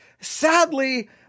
sadly